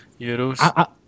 euros